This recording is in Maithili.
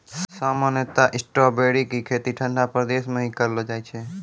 सामान्यतया स्ट्राबेरी के खेती ठंडा प्रदेश मॅ ही करलो जाय छै